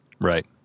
Right